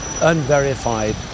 unverified